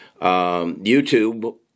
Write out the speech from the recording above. YouTube